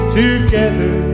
together